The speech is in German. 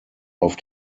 auf